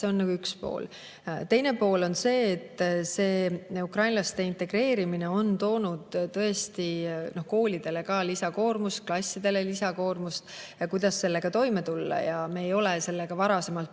See on üks pool. Teine pool on see, et ukrainlaste integreerimine on toonud tõesti koolidele ja klassidele lisakoormust. Kuidas sellega toime tulla? Ja me ei ole sellega varasemalt